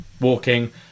walking